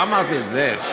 לא אמרתי את זה.